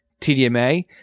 TDMA